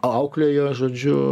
auklėjo žodžiu